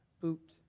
boot